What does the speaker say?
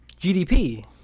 GDP